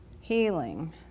healing